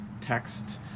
text